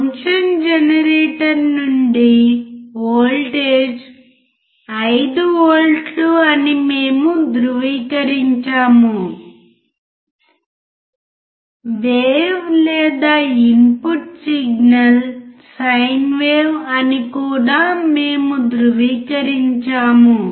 function generator నుండి voltage 5V అని మేము ధృవీకరించాము వేవ్ లేదా ఇన్పుట్ సిగ్నల్ సైన్ వేవ్ అని కూడా మేము ధృవీకరించాము